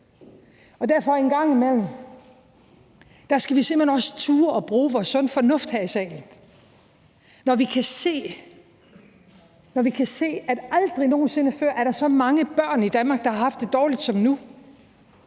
en gang imellem turde bruge vores sunde fornuft her i salen. Når vi kan se, at der aldrig nogen sinde før er så mange børn i Danmark, der har haft det dårligt som nu,